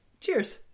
cheers